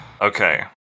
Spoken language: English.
Okay